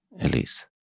Elise